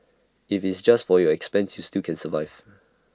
if it's just for your expenses you still can survive